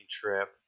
trip